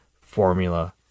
formula